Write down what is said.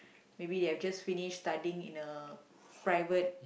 maybe they have just finish studying in a private